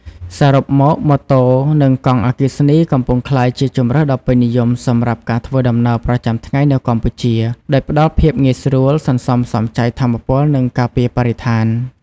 សរុបមកម៉ូតូ និងកង់អគ្គិសនីកំពុងក្លាយជាជម្រើសដ៏ពេញនិយមសម្រាប់ការធ្វើដំណើរប្រចាំថ្ងៃនៅកម្ពុជា ដោយផ្តល់ភាពងាយស្រួល សន្សំសំចៃថាមពល និងការពារបរិស្ថាន។